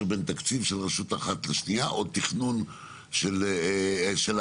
בין תקציב של רשות אחת לשנייה או תכנון של ארנונה,